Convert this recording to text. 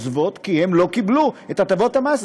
כי הן לא קיבלו את הטבות המס,